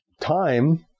time